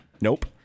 Nope